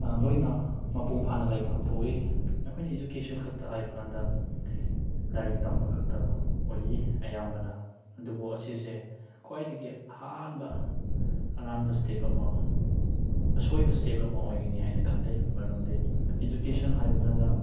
ꯂꯣꯏꯅ ꯃꯄꯨꯡ ꯐꯥꯅ ꯂꯩꯐꯝ ꯊꯣꯛꯏ ꯑꯩꯈꯣꯏꯅ ꯏꯖꯨꯀꯦꯁꯟ ꯈꯛꯇ ꯍꯥꯏꯕꯀꯥꯟꯗ ꯂꯥꯏꯔꯤꯛ ꯇꯝꯕꯈꯛꯇ ꯑꯣꯏꯌꯦ ꯑꯌꯥꯝꯕꯅ ꯑꯗꯨꯕꯨ ꯑꯁꯤꯁꯦ ꯈ꯭ꯋꯥꯏꯗꯒꯤ ꯑꯍꯥꯟꯕ ꯑꯔꯥꯟꯕ ꯏꯁꯇꯦꯞ ꯑꯃ ꯑꯁꯣꯏꯕ ꯏꯁꯇꯦꯞ ꯑꯃ ꯑꯣꯏꯒꯅꯤ ꯍꯥꯏꯅ ꯈꯜꯂꯤ ꯃꯔꯝꯗꯤ ꯏꯖꯨꯀꯦꯁꯟ ꯍꯥꯏꯕꯀꯥꯟꯗ